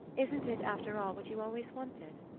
isn't it, after all, what you always wanted?